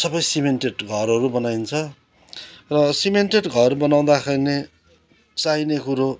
सबै सिमेन्टेड घरहरू बनाइन्छ र सिमेन्टेड घर बनाउँदाखेरि चाहिने कुरो